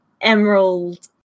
emerald